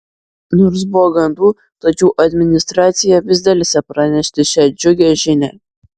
nors buvo gandų tačiau administracija vis delsė pranešti šią džiugią žinią